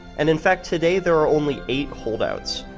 and in fact today there are only eight holdouts,